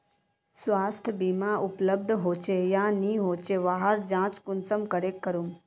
स्वास्थ्य बीमा उपलब्ध होचे या नी होचे वहार जाँच कुंसम करे करूम?